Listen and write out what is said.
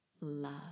love